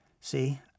See